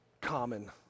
common